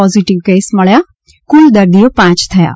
positive case મબ્યા કુલ દર્દીઓ પાંચ થયાં